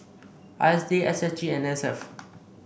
I S D S S G N S F